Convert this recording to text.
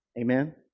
Amen